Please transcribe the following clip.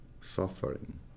suffering